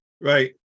Right